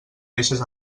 deixes